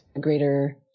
greater